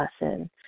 lesson